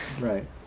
right